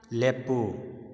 ꯂꯦꯞꯄꯨ